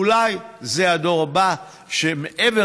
אולי זה הדור הבא, שמעבר